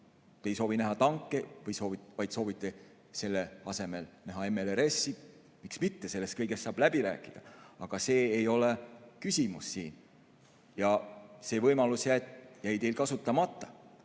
te ei soovi näha tanke, vaid soovite selle asemel näha MLRS‑i. Miks mitte? Selle kõige üle saab läbi rääkida, ei ole küsimustki. See võimalus jäi teil kasutamata.